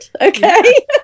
Okay